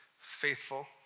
faithful